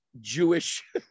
Jewish